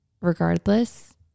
regardless